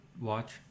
watch